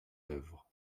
œuvres